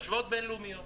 השוואות בינלאומיות.